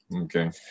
Okay